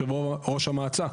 אדוני היושב-ראש,